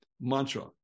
mantra